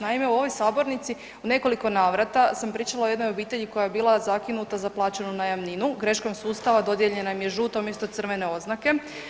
Naime, u ovoj sabornici u nekoliko navrata sam pričala o jednoj obitelji koja je bila zakinuta za plaćanu najamninu, greškom sustava dodijeljena im je žuta umjesto crvene oznake.